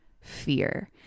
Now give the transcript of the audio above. fear